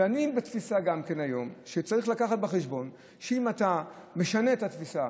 ואני בתפיסה היום שצריך להביא בחשבון שאם אתה משנה את התפיסה,